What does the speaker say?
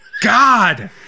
God